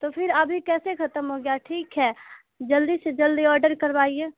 تو پھر ابھی کیسے ختم ہو گیا ٹھیک ہے جلدی سے جلدی آرڈر کروائیے